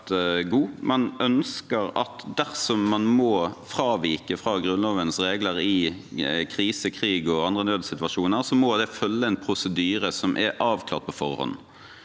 Man ønsker at dersom man må fravike Grunnlovens regler i krise, krig og andre nødssituasjoner, må det følge en prosedyre som er avklart på forhånd.